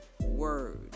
word